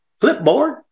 clipboard